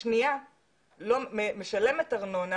השנייה משלמת ארנונה